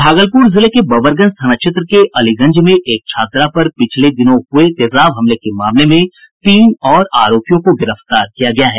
भागलपुर जिले के बबरगंज थाना क्षेत्र के अलीगंज में एक छात्रा पर पिछले दिनों हुये तेजाब हमले के मामले में तीन और आरोपियों को गिरफ्तार किया गया है